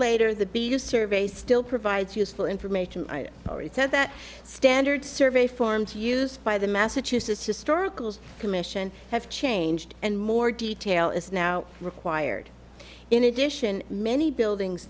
later the biggest survey still provides useful information i already said that standard survey forms used by the massachusetts historical commission have changed and more detail is now required in addition many buildings